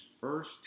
first